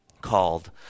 called